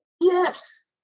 Yes